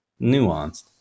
nuanced